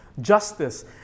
justice